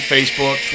Facebook